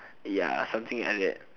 ya something like that